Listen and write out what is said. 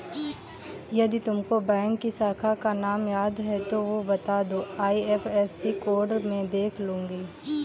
यदि तुमको बैंक की शाखा का नाम याद है तो वो बता दो, आई.एफ.एस.सी कोड में देख लूंगी